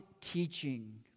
teaching